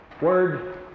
word